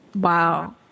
Wow